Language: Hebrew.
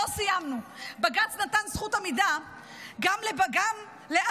לא סיימנו: בג"ץ נתן זכות עמידה גם לעזתים